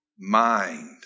mind